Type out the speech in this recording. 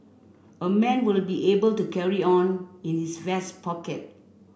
a man will be able to carry on in his vest pocket